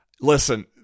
Listen